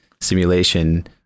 simulation